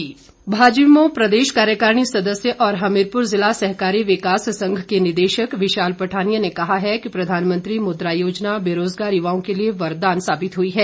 मुद्रा योजना भाजयुमो प्रदेश कार्यकारिणी सदस्य और हमीरपुर जिला सहकारी विकास संघ के निदेशक विशाल पठानिया ने कहा है कि प्रधानमंत्री मुद्रा योजना बेरोजगार युवाओं के लिए वरदान साबित हुई है